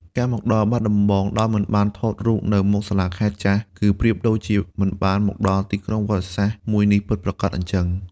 ការមកដល់បាត់ដំបងដោយមិនបានមកថតរូបភាពនៅមុខសាលាខេត្តចាស់ គឺប្រៀបដូចជាមិនបានមកដល់ទីក្រុងប្រវត្តិសាស្ត្រមួយនេះពិតប្រាកដអញ្ចឹង។